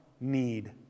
need